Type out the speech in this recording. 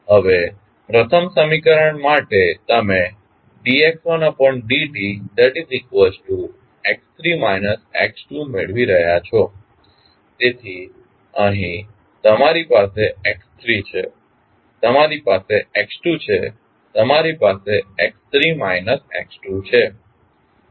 હવે પ્રથમ સમીકરણ માટે તમે d x1d tx3t x2 મેળવી રહ્યાં છો તેથી અહીં તમારી પાસે x3 છે તમારી પાસે x2 છે તમારી પાસે x3 માઇનસ x2 છે